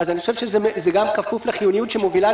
זה גם כפוף לחיוניות שמובילה,